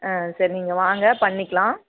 ஆ சரி நீங்கள் வாங்க பண்ணிக்கலாம்